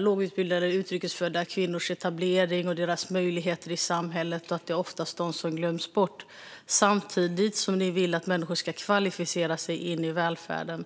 lågutbildade utrikesfödda kvinnors etablering och möjligheter i samhället, och du talade om att de ofta glöms bort. Samtidigt vill ni att människor ska kvalificera sig in i välfärden.